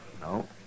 No